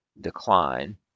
decline